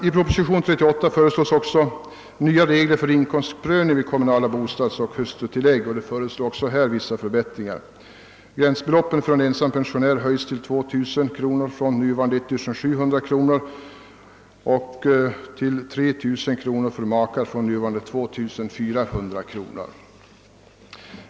I propositionen 38 föreslås också nya regler för inkomstprövning vid kommunala bostadsoch hustrutillägg, som också skulle ge vissa förbättringar. Gränsbeloppet för en ensam pensionär höjs till 2000 kronor från nuvarande 1700 kronor och för äkta makar till 3000 kronor från nuvarande 2 400 kronor.